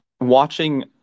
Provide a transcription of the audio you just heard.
watching